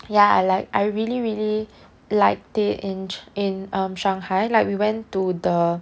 ya I like I really really liked it in in shanghai like we went to the